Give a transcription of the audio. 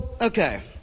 Okay